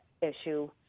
issue